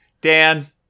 Dan